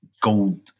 gold